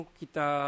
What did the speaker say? kita